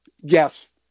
Yes